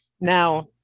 Now